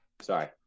Sorry